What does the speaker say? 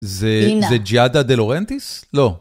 זה ג'יאדה דה לורנטיס? לא.